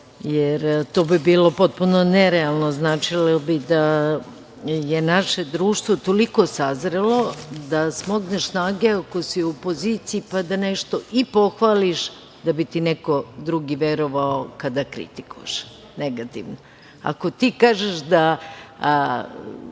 jer bi to bilo potpuno nerealno, značilo bi da je naše društvo toliko sazrelo da smogneš snage ako si u opoziciji pa da nešto i pohvališ, da bi ti neko drugi verovao kada kritikuješ negativno. Ako ti kažeš